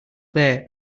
there